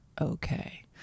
okay